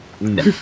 no